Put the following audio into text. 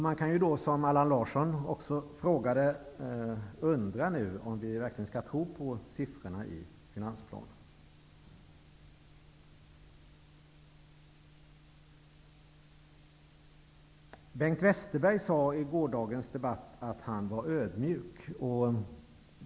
Man kan då, som Allan Larsson, undra om vi verkligen skall tro på siffrorna i finansplanen. Bengt Westerberg sade i gårdagens debatt att han var ödmjuk.